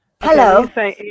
Hello